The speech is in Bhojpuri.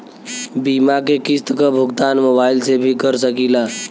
बीमा के किस्त क भुगतान मोबाइल से भी कर सकी ला?